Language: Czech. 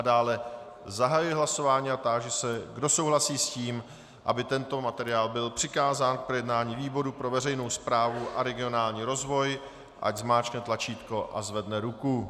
Dále zahajuji hlasování a táži se, kdo souhlasí s tím, aby tento materiál byl přikázán k projednání výboru pro veřejnou správu a regionální rozvoj, ať zmáčkne tlačítko a zvedne ruku.